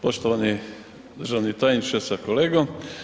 Poštovani državni tajnice sa kolegom.